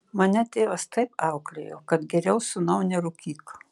mane tėvas taip auklėjo kad geriau sūnau nerūkyk